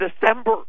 December